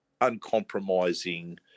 uncompromising